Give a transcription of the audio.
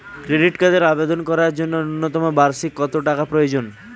Credit কার্ডের আবেদন করার জন্য ন্যূনতম বার্ষিক কত টাকা প্রয়োজন?